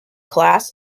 class